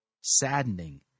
saddening